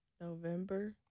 November